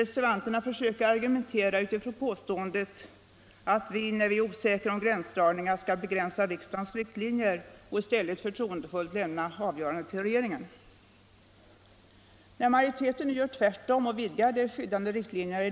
Insatserna för nya metoder och konstruktioner också på det här området faller därför inom huvudprogrammet energiforskning. Det måste vidare noteras att reservationen innehåller bara ett allmänt uttalande i denna del och att reservanten i fråga om anslag här går på propositionens